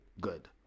good